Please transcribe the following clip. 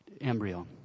embryo